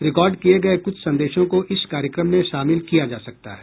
record किए गए कुछ संदेशों को इस कार्यक्रम में शामिल किया जा सकता है